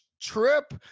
trip